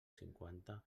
cinquanta